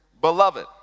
beloved